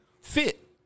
fit